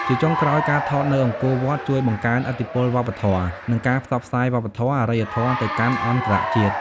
ជាចុងក្រោយ ការថតនៅអង្គរវត្តជួយបង្កើនឥទ្ធិពលវប្បធម៌ និងការផ្សព្វផ្សាយវប្បធម៌ អរិយធម៌ទៅកាន់អន្តរជាតិ។